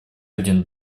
один